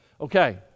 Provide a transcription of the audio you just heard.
Okay